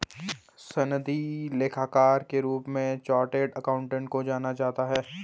सनदी लेखाकार के रूप में चार्टेड अकाउंटेंट को जाना जाता है